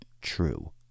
true